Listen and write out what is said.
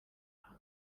aha